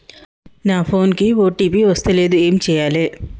నా ఫోన్ కి ఓ.టీ.పి వస్తలేదు ఏం చేయాలే?